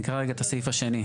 נקרא רגע את הסעיף השני,